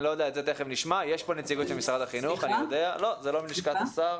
אני יודע שיש פה נציגות ממשרד החינוך אבל זה לא מלשכת השר.